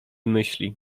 myśli